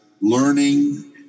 learning